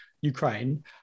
Ukraine